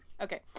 okay